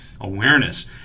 awareness